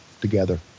together